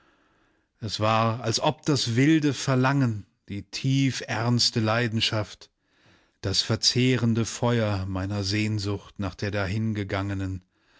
es war als ob das wilde verlangen die tiefernste leidenschaft das verzehrende feuer meiner sehnsucht nach der